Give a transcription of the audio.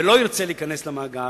ולא ירצה להיכנס למאגר,